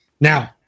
Now